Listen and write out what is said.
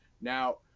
now